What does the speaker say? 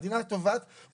המדינה תובעת.